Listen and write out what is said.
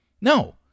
no